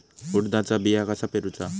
उडदाचा बिया कसा पेरूचा?